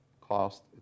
cost